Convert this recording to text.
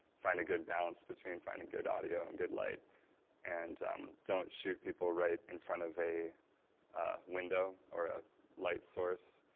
find a good balance between finding good audio and good light and um don't shoot people right in front of a window or a light source.